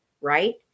right